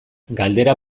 galdera